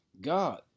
God